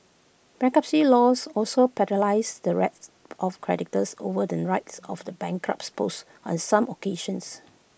bankruptcy laws also the rights of creditors over the rights of the bankrupt's spouse on some occasions